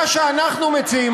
מה שאנחנו מציעים,